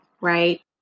right